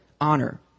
honor